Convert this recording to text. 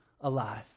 alive